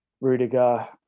Rudiger